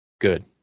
Good